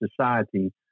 society